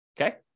Okay